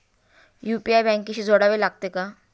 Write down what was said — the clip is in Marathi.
यु.पी.आय बँकेशी जोडावे लागते का?